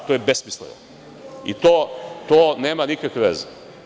To je besmisleno i to nema nikakve veze.